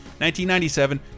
1997